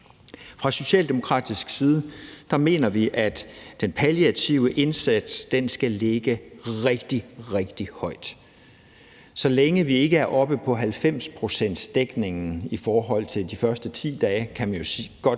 Fra socialdemokratisk side mener vi, at den palliative indsats skal ligge rigtig, rigtig højt, så længe vi ikke er oppe på en 90-procentsdækning i de første 10 dage. Så kan man jo godt